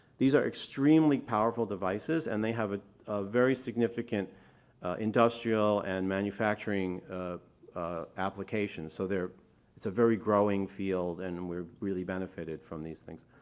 these are extremely powerful devices and they have ah a very significant industrial and manufacturing application, so they're it's a very growing field and we're really benefitted from these things.